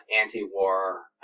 anti-war